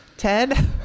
Ted